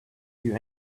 you